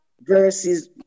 verses